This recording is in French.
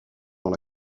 dans